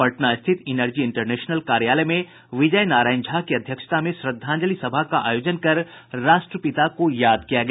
पटना स्थित energy international कार्यालय में विजय नारायण झा की अध्यक्षता में श्रद्धांजलि सभा का आयोजन कर राष्ट्रपिता को याद किया गया